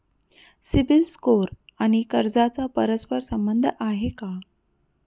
CIBIL score आणि कर्जाचा परस्पर संबंध आहे का?